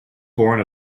born